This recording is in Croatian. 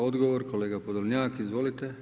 Odgovor kolega Podolnjak, izvolite.